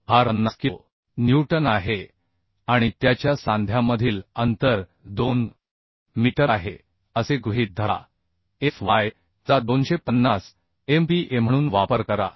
तर भार 50 kilonewton आहे आणि त्याच्या सांध्यामधील अंतर 2 मीटर आहे असे गृहीत धरा f y चा 250 MPa म्हणून वापर करा